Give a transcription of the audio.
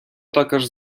також